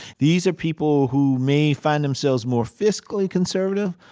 these are people who may find themselves more fiscally conservative.